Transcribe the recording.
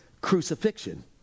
crucifixion